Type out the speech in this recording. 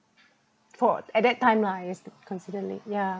fort~ at that time lah is der~ consider late yeah